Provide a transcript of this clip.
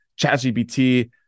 ChatGPT